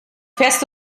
fährst